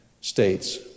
states